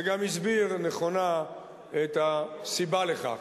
וגם הסביר נכונה את הסיבה לכך,